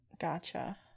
Gotcha